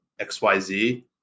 XYZ